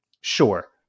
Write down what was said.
Sure